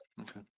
Okay